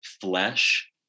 flesh